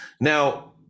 Now